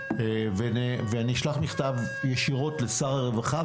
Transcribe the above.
ואני אשלח מכתב ישירות לשר הרווחה,